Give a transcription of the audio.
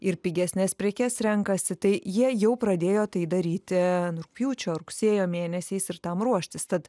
ir pigesnes prekes renkasi tai jie jau pradėjo tai daryti rugpjūčio rugsėjo mėnesiais ir tam ruoštis tad